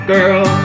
Girl